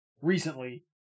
recently